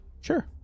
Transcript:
Sure